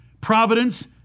providence